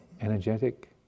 energetic